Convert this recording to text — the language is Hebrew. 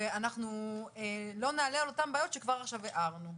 ואנחנו לא נעלה על אותן בעיות שכבר עכשיו הערנו.